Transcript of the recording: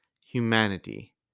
humanity